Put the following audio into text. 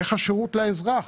איך השירות לאזרח.